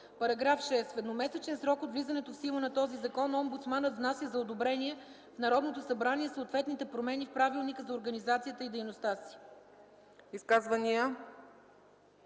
§ 6: „§ 6. В едномесечен срок от влизането в сила на този закон омбудсманът внася за одобрение в Народното събрание съответните промени в правилника за организацията и дейността си.”